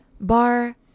bar